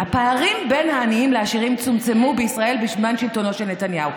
הפערים בין העניים לעשירים צומצמו בישראל בזמן שלטונו של נתניהו,